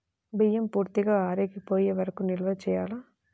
బియ్యం పూర్తిగా ఆరిపోయే వరకు నిల్వ చేయాలా?